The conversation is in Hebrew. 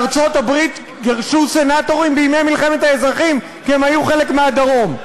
בארצות-הברית גירשו סנטורים בימי מלחמת האזרחים כי הם היו חלק מהדרום.